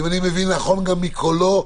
אם אני מבין נכון גם מקולו,